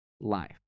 life